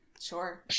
Sure